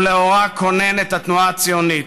ולאורה כונן את התנועה הציונית.